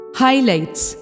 Highlights